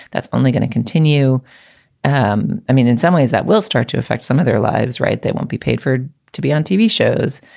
that's only going to continue um i mean, in some ways, that will start to affect some of their lives, right. they won't be paid for to be on tv shows,